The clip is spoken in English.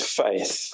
faith